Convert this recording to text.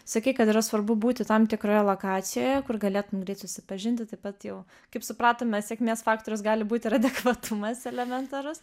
sakei kad yra svarbu būti tam tikroje lokacijoje kur galėtum greit susipažinti taip pat jau kaip supratome sėkmės faktorius gali būt ir adekvatumas elementarus